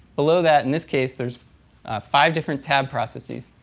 below that, in this case, there's five different tab processes.